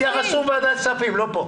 הם יתייחסו בוועדת הכספים, לא פה.